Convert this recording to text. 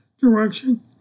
direction